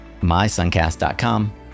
mysuncast.com